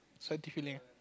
salty feeling